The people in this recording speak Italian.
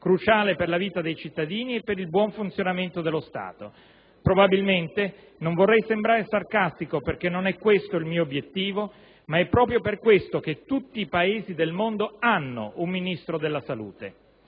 cruciale per la vita dei cittadini e per il buon funzionamento dello Stato. Probabilmente - non vorrei sembrare sarcastico perché non è questo il mio obiettivo - è proprio per questo che tutti i Paesi del mondo hanno un ministro della salute.